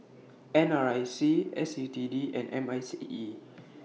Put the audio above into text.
N R I C S U T D and M I C E